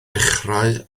dechrau